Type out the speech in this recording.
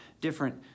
different